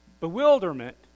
bewilderment